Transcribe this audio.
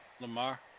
Lamar